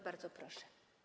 Bardzo proszę.